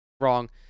Wrong